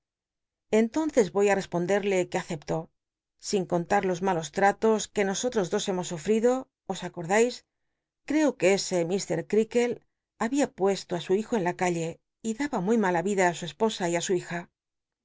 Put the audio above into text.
enlonces voy ti respondel'le que aceplo sin contar los malos lratos que nosotros dos hemos sufrido os acordais creo que ese mr creakle babia pueslo á su hijo en la calle y daba muy mala vida á su esposa y i su hija